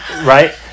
right